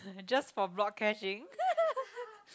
just for block catching